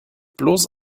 bloß